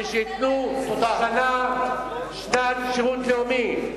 וייתנו שנת שירות לאומי,